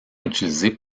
utilisée